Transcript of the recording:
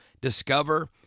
discover